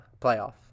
playoff